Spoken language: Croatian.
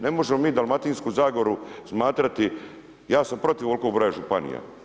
Ne možemo mi Dalmatinsku zagoru smatrati, ja sam protiv ovolikog broja županija.